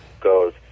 goes